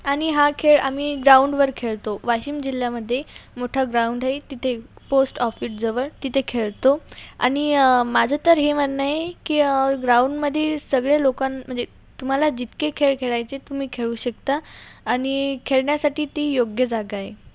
आणि हा खेळ आम्ही ग्राउंडवर खेळतो वाशिम जिल्ह्यामध्ये मोठा ग्राउंड आहे तिथे पोस्ट ऑफिसजवळ तिथे खेळतो आणि माझं तर हे म्हणणं आहे की ग्राउंडमध्ये सगळे लोकां म्हणजे तुम्हाला जितके खेळ खेळायचे तुम्ही खेळू शकता आणि खेळण्यासाठी ती योग्य जागा आहे